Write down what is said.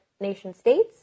nation-states